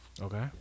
Okay